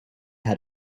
had